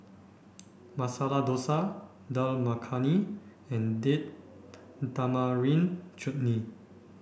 Masala Dosa Dal Makhani and Date Tamarind Chutney